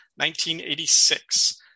1986